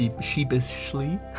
sheepishly